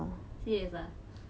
serious ah